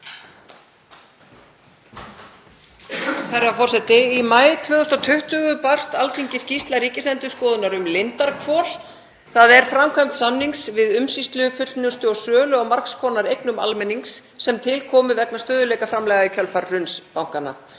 Herra forseti. Í maí 2020 barst Alþingi skýrsla Ríkisendurskoðunar um Lindarhvol, þ.e. framkvæmd samnings við umsýslu, fullnustu og sölu á margs konar eignum almennings sem til komu vegna stöðugleikaframlaga í kjölfar hruns bankanna.